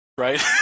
right